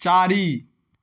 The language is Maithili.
चारि